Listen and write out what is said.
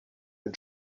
the